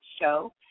Show